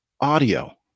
audio